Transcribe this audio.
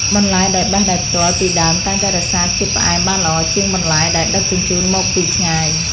បន្លែដែលបេះដោយផ្ទាល់ពីដើមតែងតែរក្សាជាតិផ្អែមបានល្អជាងបន្លែដែលដឹកជញ្ជូនមកពីឆ្ងាយ។